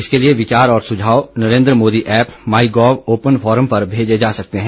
इसके लिए विचार और सुझाव Narendra Modi app my gov open forum पर मेजे जा सकते हैं